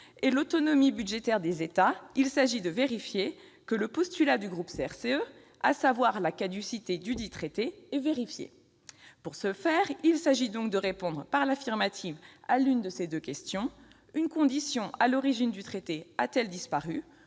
et l'autonomie budgétaire des États, il s'agit de vérifier que le postulat du groupe CRCE, à savoir la caducité dudit traité, est vérifié. Si tel est le cas, c'est que nous aurons répondu par l'affirmative à l'une de ces deux questions : une condition à l'origine du traité a-t-elle disparu ?